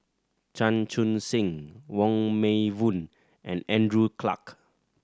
Chan Chun Sing Wong Meng Voon and Andrew Clarke